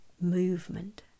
movement